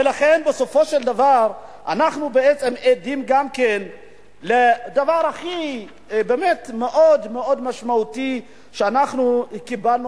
ולכן בסופו של דבר אנחנו עדים גם כן לדבר מאוד משמעותי שקיבלנו